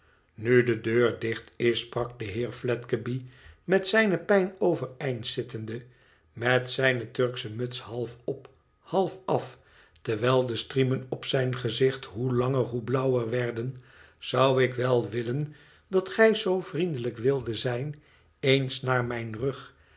nu dedeur dicht is sprak de heer fledgeby met zijne pijn overeindzittende met zijne turksche muts halfop halfaf terwijl de striemen op zijn gezicht hoe langer hoe blauwer werden zou ik wel willen dat gij zoo vriendelijk wildet zijn eens naar mijn rug